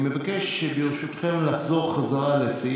בבקשה, יושב-ראש ועדת הכנסת.